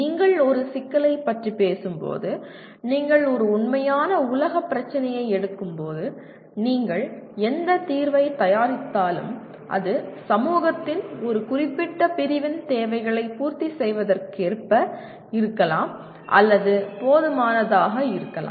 நீங்கள் ஒரு சிக்கலைப் பற்றி பேசும்போது நீங்கள் ஒரு உண்மையான உலகப் பிரச்சினையை எடுக்கும்போது நீங்கள் எந்தத் தீர்வைத் தயாரித்தாலும் அது சமூகத்தின் ஒரு குறிப்பிட்ட பிரிவின் தேவைகளைப் பூர்த்தி செய்வதற்கேற்ப இருக்கலாம் அல்லது போதுமானதாக இருக்கலாம்